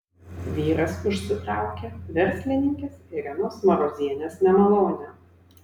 vyras užsitraukė verslininkės irenos marozienės nemalonę